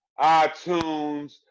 iTunes